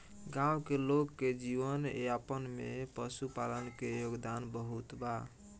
गाँव के लोग के जीवन यापन में पशुपालन के योगदान बहुत बा